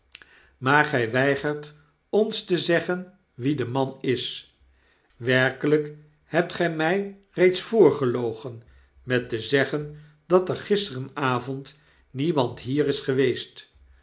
maar gij weigert ons te zeggen wie de man is werkelijk hebt gy my reeds voorgelogen met te zeggen dat er gisterenavond nieraand hier is geweest